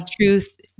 truth